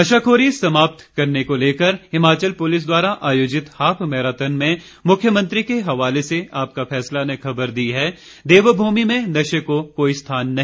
नशाखोरी समाप्त करने को लेकर हिमाचल पुलिस द्वारा आयोजित हाफ मैराथन में मुख्यमंत्री के हवाले से आपका फैसला ने खबर दी है देवभूमि में नशे को कोई स्थान नहीं